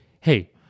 hey